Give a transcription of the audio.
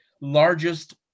largest